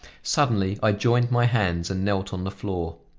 suddenly i joined my, hands and knelt on the floor.